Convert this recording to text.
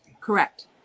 Correct